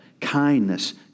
kindness